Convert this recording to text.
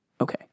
Okay